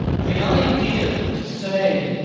the idea that, to say,